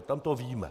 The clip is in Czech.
Tam to víme.